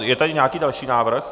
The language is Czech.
Je tady nějaký další návrh?